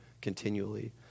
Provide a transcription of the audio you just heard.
continually